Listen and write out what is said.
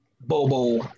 bobo